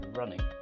running